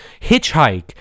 hitchhike